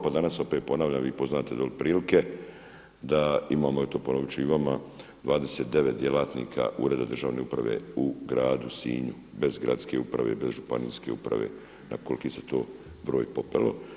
Pa danas opet ponavljam vi poznajete dolje prilike da imamo eto ponovit ću i vama 29 djelatnika ureda državne uprave u Gradu Sinju bez gradske uprave i bez županijske uprave na koliki se to broj popelo.